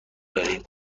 داریم